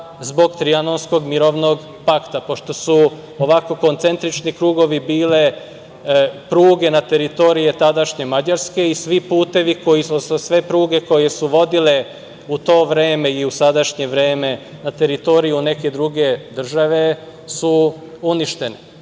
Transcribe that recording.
zbog Trijanonskog mirovnog pakta. Pošto su ovako koncentrični krugovi bile pruge na teritoriji tadašnje Mađarske i sve pruge koje su vodile u to vreme i u sadašnje vreme na teritoriju neke druge države su uništene.